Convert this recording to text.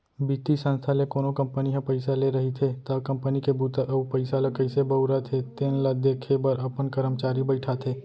बित्तीय संस्था ले कोनो कंपनी ह पइसा ले रहिथे त कंपनी के बूता अउ पइसा ल कइसे बउरत हे तेन ल देखे बर अपन करमचारी बइठाथे